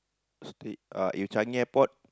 street uh if Changi Airport